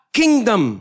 kingdom